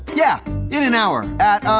yeah, in an hour. at,